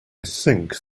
think